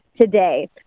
today